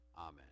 Amen